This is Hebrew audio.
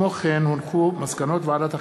מסקנות ועדת החינוך,